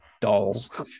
dolls